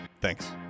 Thanks